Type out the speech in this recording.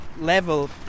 level